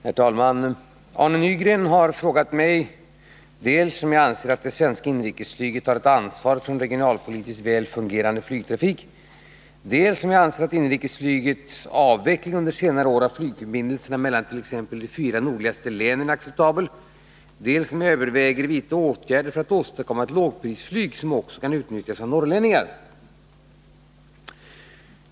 Herr talman! Arne Nygren har frågat mig dels om jag anser att det svenska inrikesflyget har ett ansvar för en regionalpolitiskt väl fungerande flygtrafik, dels om jag anser att inrikesflygets avveckling under senare år av flygförbindelserna mellan t.ex. de fyra nordligaste länen är acceptabel, dels om jag överväger vidta åtgärder för att åstadkomma ett lågprisflyg som också kan utnyttjas av norrlänningar.